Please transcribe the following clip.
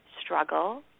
struggle